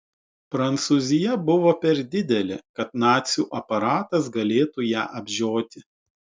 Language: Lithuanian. prancūzija buvo per didelė kad nacių aparatas galėtų ją apžioti